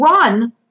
run